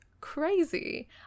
crazy